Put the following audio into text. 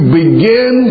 begin